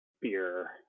beer